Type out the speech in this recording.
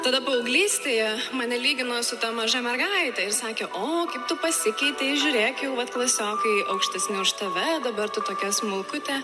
tada paauglystėje mane lygino su ta maža mergaite ir sakė o kaip tu pasikeitei žiūrėk jau vat klasiokai aukštesni už tave dabar tu tokia smulkutė